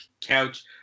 couch